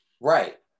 Right